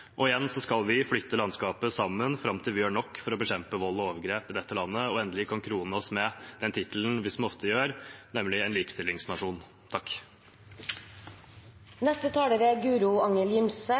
kvinnebevegelsen. Igjen skal vi flytte landskapet sammen, fram til vi gjør nok for å bekjempe vold og overgrep i dette landet og endelig kan krone oss – som vi ofte gjør – med tittelen «en likestillingsnasjon». Representanten Guro Angell Gimse